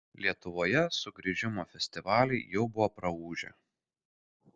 lietuvoje sugrįžimo festivaliai jau buvo praūžę